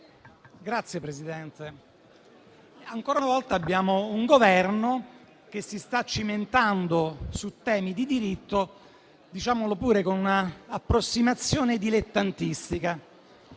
Signora Presidente, ancora una volta abbiamo un Governo che si sta cimentando su temi di diritto con approssimazione dilettantistica,